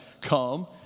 come